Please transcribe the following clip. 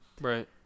Right